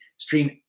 Stream